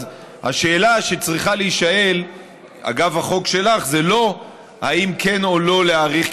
אז השאלה שצריכה להישאל אגב החוק שלך היא לא אם כן או לא להאריך,